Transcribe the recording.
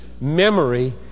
memory